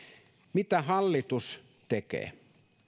mitä hallitus tekee